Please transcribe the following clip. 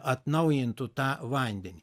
atnaujintų tą vandenį